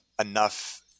enough